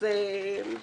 את הדבר הזה,